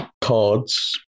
cards